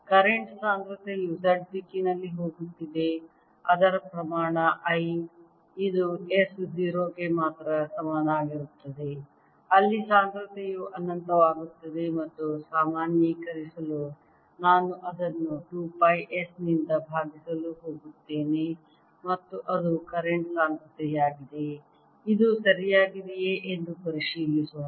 current ಸಾಂದ್ರತೆಯು Z ದಿಕ್ಕಿನಲ್ಲಿ ಹೋಗುತ್ತಿದೆ ಅದರ ಪ್ರಮಾಣ I ಇದು S 0 ಗೆ ಮಾತ್ರ ಸಮನಾಗಿರುತ್ತದೆ ಅಲ್ಲಿ ಸಾಂದ್ರತೆಯು ಅನಂತವಾಗುತ್ತದೆ ಮತ್ತು ಸಾಮಾನ್ಯೀಕರಿಸಲು ನಾನು ಅದನ್ನು 2 ಪೈ S ನಿಂದ ಭಾಗಿಸಲು ಹೋಗುತ್ತೇನೆ ಮತ್ತು ಅದು ಕರೆಂಟ್ ಸಾಂದ್ರತೆಯಾಗಿದೆ ಇದು ಸರಿಯಾಗಿದೆಯೇ ಎಂದು ಪರಿಶೀಲಿಸೋಣ